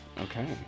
Okay